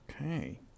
Okay